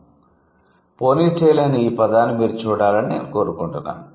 'ponytail' అనే ఈ పదాన్ని మీరు చూడాలని నేను కోరుకుంటున్నాను